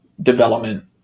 development